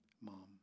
Mom